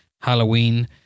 Halloween